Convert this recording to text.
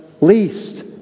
least